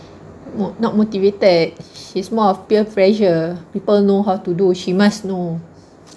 no not motivated she's more of peer pressure people know how to do she must know